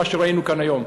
מה שראינו כאן היום,